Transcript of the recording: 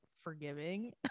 forgiving